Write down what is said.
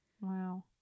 Wow